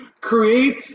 create